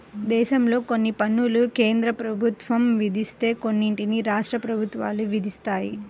దేశంలో కొన్ని పన్నులను కేంద్ర ప్రభుత్వం విధిస్తే కొన్నిటిని రాష్ట్ర ప్రభుత్వాలు విధిస్తాయి